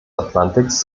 atlantiks